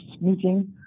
meeting